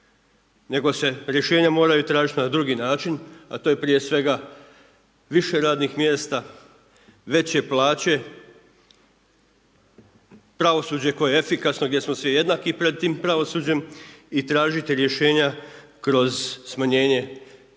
Nego se rješenja moraju tražiti na drugi način, a to je prije svega više radnih mjesta, veće plaće, pravosuđe koje je efikasno gdje smo svi jednaki pred tim pravosuđem, i tražiti rješenja kroz smanjenje